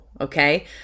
okay